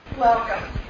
Welcome